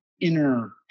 inner